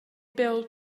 bil